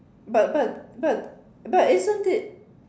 but but but but isn't it